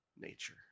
nature